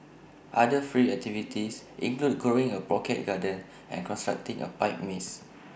other free activities include growing A pocket garden and constructing A pipe maze